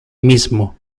mismo